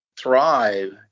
thrive